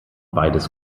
beides